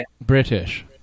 British